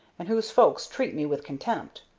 and whose folks treat me with contempt.